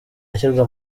ashyirwa